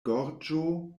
gorĝo